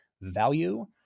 value